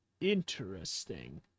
Interesting